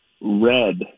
red